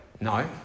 No